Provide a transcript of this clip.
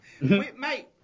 Mate